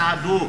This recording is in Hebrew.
צעדו,